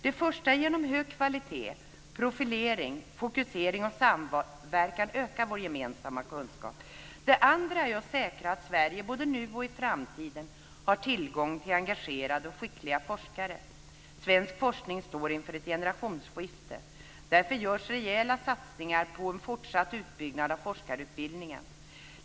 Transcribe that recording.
Det första är att genom hög kvalitet, profilering, fokusering och samverkan öka vår gemensamma kunskap. Det andra är att säkra att Sverige både nu och i framtiden har tillgång till engagerade och skickliga forskare. Svensk forskning står inför ett generationsskifte. Därför görs rejäla satsningar på en fortsatt utbyggnad av forskarutbildningen.